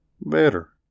Better